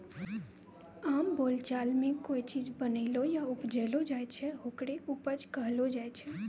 आम बोलचाल मॅ कोय चीज बनैलो या उपजैलो जाय छै, होकरे उपज कहलो जाय छै